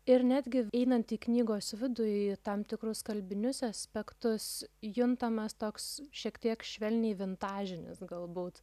ir netgi einant į knygos vidų į tam tikrus kalbinius aspektus juntamas toks šiek tiek švelniai vintažinis galbūt